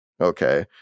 Okay